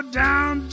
down